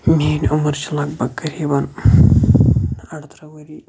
میٲنۍ عُمر چھِ قریٖبن اَرتٕرہ ؤری